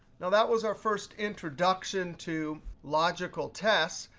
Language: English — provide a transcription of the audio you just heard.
now, that was our first introduction to logical test.